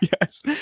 yes